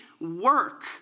work